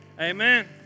amen